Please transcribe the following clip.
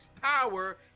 power